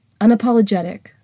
unapologetic